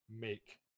make